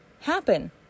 happen